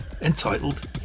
entitled